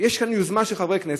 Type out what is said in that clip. ויש כאן יוזמה של חברי כנסת,